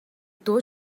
дуу